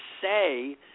say